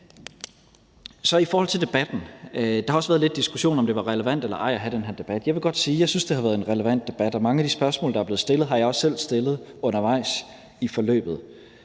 i forhold til debatten. Der har også været lidt diskussion om, hvorvidt det var relevant eller ej at have den her debat. Jeg vil godt sige, at jeg synes, det har været en relevant debat, og mange af de spørgsmål, der er blevet stillet, har jeg også selv stillet undervejs i forløbet.